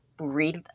read